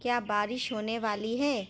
کیا بارش ہونے والی ہے